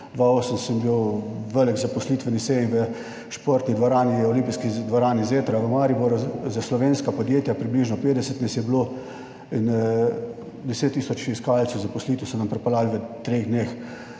2008 sem bil velik zaposlitveni seji v športni dvorani v olimpijski dvorani Zetra v Mariboru za slovenska podjetja, približno 50 nas je bilo. In 10 tisoč iskalcev zaposlitev so nam pripeljali v treh dneh.